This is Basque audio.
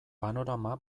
panorama